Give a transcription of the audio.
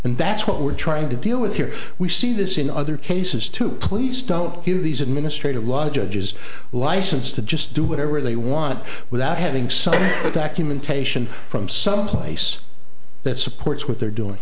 and that's what we're trying to deal with here we see this in other cases too please don't give these administrative law judges license to just do whatever they want without having some documentation from someplace that supports what they're doing